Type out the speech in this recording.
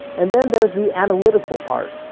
and then there's the analytical part.